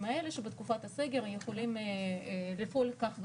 האלה שבתקופה הסגר יכולים לפעול כך וכך.